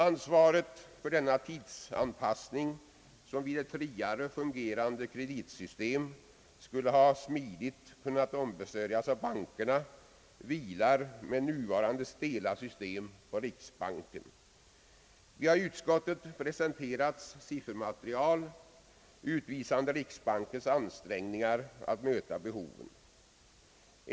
Ansvaret för denna tidsanspassning, som vid ett friare fungerande kreditsystem skulle ha smidigt kunnat ombesörjas av bankerna, vilar med nuvarande stela system på riksbanken. Vi har i utskottet presenterats siffermaterial, utvisande riksbankens ansträngningar att möta behoven.